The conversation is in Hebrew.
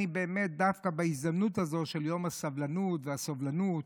דווקא בהזדמנות הזו של יום הסבלנות והסובלנות,